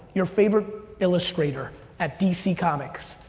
your favorite illustrator at dc comics,